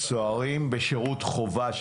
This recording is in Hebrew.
סוהרים בשירות חובה,